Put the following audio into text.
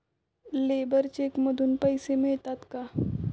Labour check मधून पैसे मिळतात का?